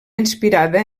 inspirada